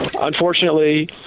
Unfortunately